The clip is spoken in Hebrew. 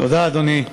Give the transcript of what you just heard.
תודה, אדוני.